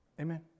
Amen